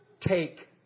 take